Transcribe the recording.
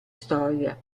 storia